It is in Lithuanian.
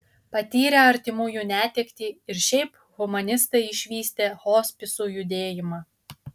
patyrę artimųjų netektį ir šiaip humanistai išvystė hospisų judėjimą